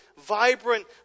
vibrant